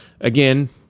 again